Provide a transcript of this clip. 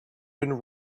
been